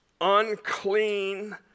unclean